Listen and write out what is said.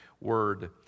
word